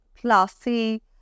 classy